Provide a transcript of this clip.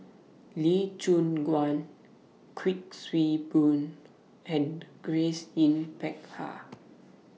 Lee Choon Guan Kuik Swee Boon and Grace Yin Peck Ha